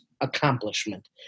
accomplishment